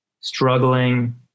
struggling